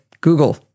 Google